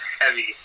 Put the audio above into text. heavy